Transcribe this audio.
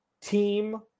team